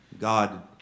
God